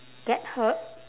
get her